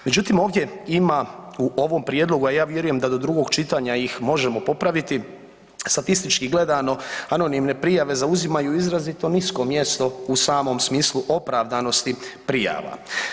Međutim, ovdje ima u ovom prijedlogu, a ja vjerujem da do drugog čitanja ih možemo popraviti statistički gledano anonimne prijave zauzimaju izrazito nisko mjesto u samom smislu opravdanosti prijava.